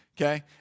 Okay